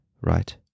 right